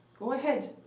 go ahead,